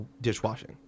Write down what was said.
dishwashing